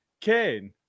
Kane